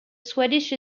swedish